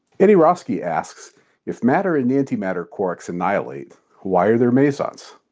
eddy rhosky asks if matter and antimatter quarks annihilate, why are there mesons?